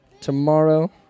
tomorrow